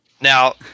Now